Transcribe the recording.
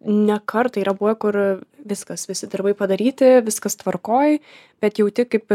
ne kartą yra buvę kur viskas visi darbai padaryti viskas tvarkoj bet jauti kaip